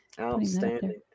Outstanding